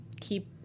keep